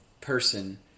person